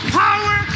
power